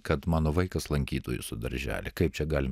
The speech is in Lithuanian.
kad mano vaikas lankytų jūsų darželį kaip čia galim